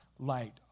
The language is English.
Light